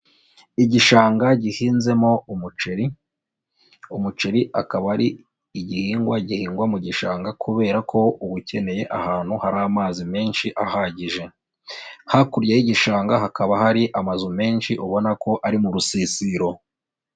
Igishanga gihinzemo umuceri, umuceri akaba ari igihingwa gihingwa mu gishanga kubera ko uba ukeneye ahantu hari amazi menshi ahagije, hakurya y'igishanga hakaba hari amazu menshi ubona ko ari mu rusisiro.